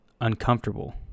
uncomfortable